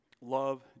love